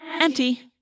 Empty